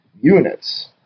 Units